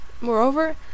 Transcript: Moreover